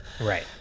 Right